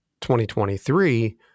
2023